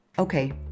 Okay